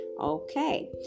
Okay